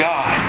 God